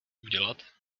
udělat